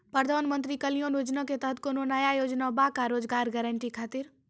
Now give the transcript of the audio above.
प्रधानमंत्री कल्याण योजना के तहत कोनो नया योजना बा का रोजगार गारंटी खातिर?